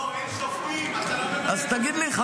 יש בעיה, אדוני השר.